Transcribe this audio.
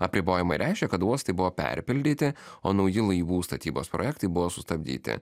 apribojimai reiškia kad uostai buvo perpildyti o nauji laivų statybos projektai buvo sustabdyti